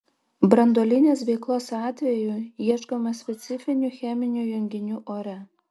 branduolinės veiklos atveju ieškoma specifinių cheminių junginių ore